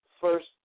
first